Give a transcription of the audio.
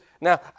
Now